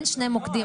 אין שני מוקדים,